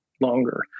longer